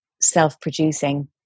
self-producing